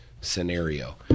scenario